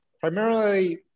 primarily